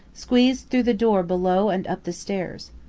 squeezed through the door below and up the stairs.